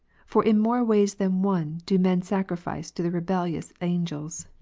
for in more ways than one do men sacrifice to the rebellious angels.